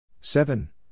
seven